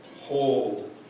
hold